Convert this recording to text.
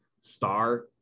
star